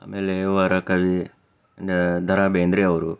ಆಮೇಲೆ ವರಕವಿ ದ ದ ರಾ ಬೇಂದ್ರೆ ಅವರು